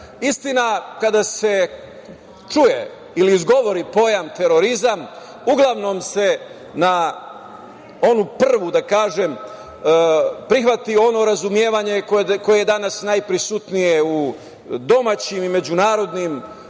Istina, kada se čuje ili izgovori pojam terorizam, uglavnom se na onu prvu da kažem, prihvati ono razumevanje koje je danas najprisutnije u domaćim i međunarodnim medijima